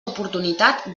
oportunitat